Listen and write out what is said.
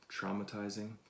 traumatizing